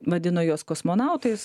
vadino juos kosmonautais